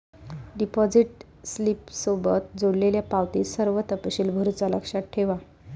deposit स्लिपसोबत जोडलेल्यो पावतीत सर्व तपशील भरुचा लक्षात ठेवा